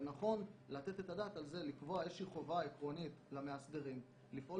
ונכון לתת את הדעת על זה ולקבוע איזושהי חובה עקרונית למאסדרים לפעול